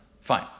Fine